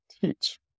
teach